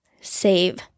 save